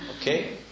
Okay